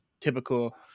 typical